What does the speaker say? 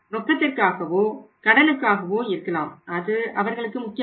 ரொக்கத்திற்காகவோ கடனுக்காகவோ இருக்கலாம் அது அவர்களுக்கு முக்கியமல்ல